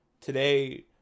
today